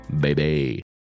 baby